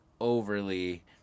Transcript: overly